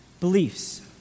beliefs